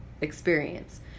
experience